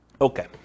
Okay